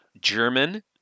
German